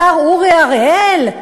בשר אורי אריאל?